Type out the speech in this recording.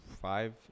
five